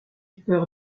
peur